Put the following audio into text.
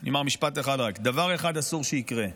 אני אומר משפט אחד רק: דבר אחד אסור שיקרה,